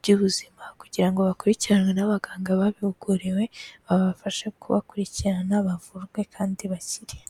by'ubuzima, kugira ngo bakurikiranwe n'abaganga babihuguriwe, babafashe kubakurikirana bavurwe kandi bakire.